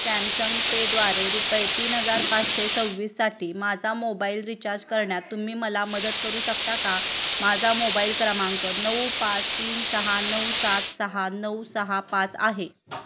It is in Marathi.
सॅमसंग पेद्वारे रुपये तीन हजार पाचशे सव्वीससाठी माझा मोबाईल रिचार्ज करण्यात तुम्ही मला मदत करू शकता का माझा मोबाईल क्रमांक नऊ पाच तीन सहा नऊ सात सहा नऊ सहा पाच आहे